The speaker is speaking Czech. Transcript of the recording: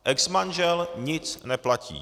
Exmanžel nic neplatí.